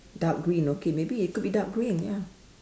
dark green okay maybe it could be dark green ya